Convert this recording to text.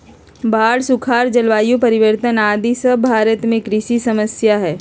बाढ़, सुखाड़, जलवायु परिवर्तन आदि सब भारत में कृषि समस्या हय